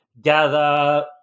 gather